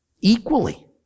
equally